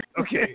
Okay